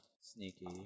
sneaky